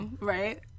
Right